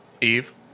Eve